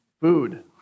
food